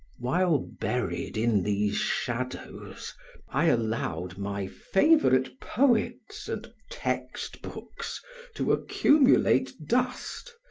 while buried in these shadows i allowed my favorite poets and text-books to accumulate dust.